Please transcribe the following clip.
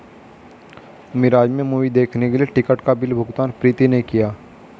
मिराज में मूवी देखने के लिए टिकट का बिल भुगतान प्रीति ने किया